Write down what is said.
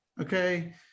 Okay